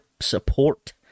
support